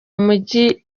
umujyi